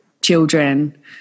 children